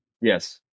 Yes